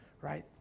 right